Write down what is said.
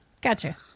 Gotcha